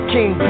King